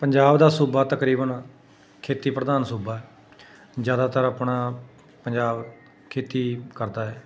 ਪੰਜਾਬ ਦਾ ਸੂਬਾ ਤਕਰੀਬਨ ਖੇਤੀ ਪ੍ਰਧਾਨ ਸੂਬਾ ਜ਼ਿਆਦਾਤਰ ਆਪਣਾ ਪੰਜਾਬ ਖੇਤੀ ਕਰਦਾ ਹੈ